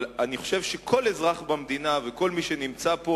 אבל אני חושב שכל אזרח במדינה וכל מי שנמצא פה